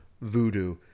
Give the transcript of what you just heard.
voodoo